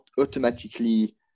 automatically